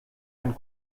einen